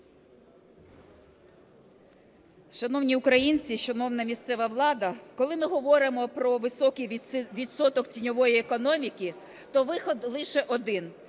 Шановні українці, шановна місцева влада! Коли ми говоримо про високий відсоток тіньової економіки, то вихід лише один,